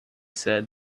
said